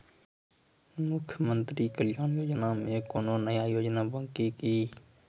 मुख्यमंत्री कल्याण योजना मे कोनो नया योजना बानी की?